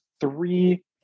three